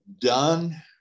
done